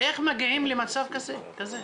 איך מגיעים למצב כזה?